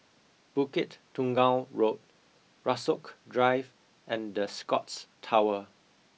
Bukit Tunggal Road Rasok Drive and the Scotts Tower